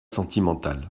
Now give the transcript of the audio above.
sentimental